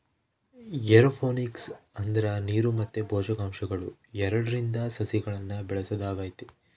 aeroponics ಅಂದ್ರ ನೀರು ಮತ್ತೆ ಪೋಷಕಾಂಶಗಳು ಎರಡ್ರಿಂದ ಸಸಿಗಳ್ನ ಬೆಳೆಸೊದಾಗೆತೆ